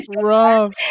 rough